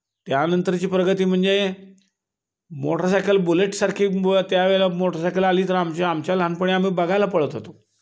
त्यानंतरची प्रगती म्हणजे मोटरसायकल बुलेटसारखी व त्यावेळेला मोटरसायकल आली तर आमच्या आमच्या लहानपणी आम्ही बघायला पळत होतो